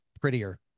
prettier